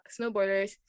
snowboarders